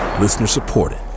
Listener-supported